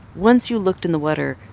once you looked in the water,